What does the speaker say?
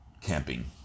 camping